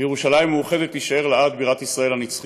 וירושלים המאוחדת תישאר לעד בירת ישראל הנצחית.